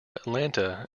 atlanta